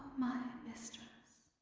my mistress.